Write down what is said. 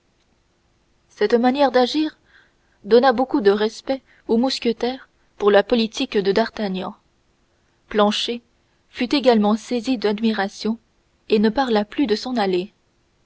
cette manière d'agir donna beaucoup de respect aux mousquetaires pour la politique de d'artagnan planchet fut également saisi d'admiration et ne parla plus de s'en aller